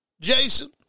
Jason